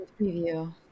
preview